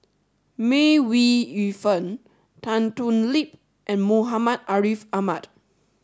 May Ooi Yu Fen Tan Thoon Lip and Muhammad Ariff Ahmad